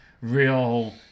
real